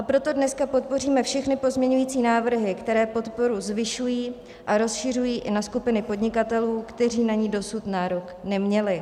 Proto dneska podpoříme všechny pozměňující návrhy, které podporu zvyšují a rozšiřují i na skupiny podnikatelů, kteří na ni dosud nárok neměli.